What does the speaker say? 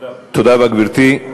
תודה רבה, גברתי.